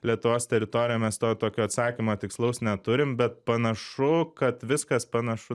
lietuvos teritoriją mes to tokio atsakymo tikslaus neturim bet panašu kad viskas panašu